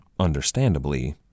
understandably